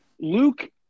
Luke